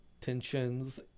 tensions